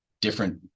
different